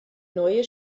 neue